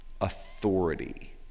authority